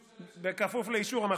בכפוף לאישור היושב-ראש.